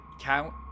count